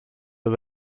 but